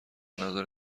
نظر